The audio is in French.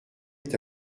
est